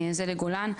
זה לגולן.